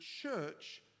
church